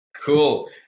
Cool